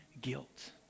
guilt